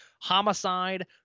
Homicide